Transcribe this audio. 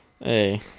Hey